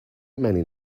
many